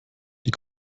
die